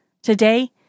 Today